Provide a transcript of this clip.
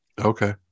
Okay